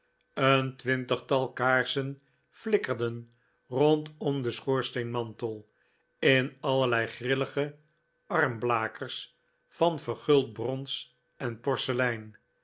een twintigtal kaarsen flikkerden rondom den schoorsteenmantel in allerlei grillige armblakers van verguld brons en porselein